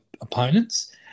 opponents